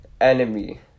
Enemy